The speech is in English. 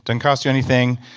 doesn't cost you anything.